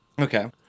Okay